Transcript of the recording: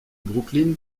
brooklyn